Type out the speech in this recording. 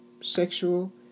sexual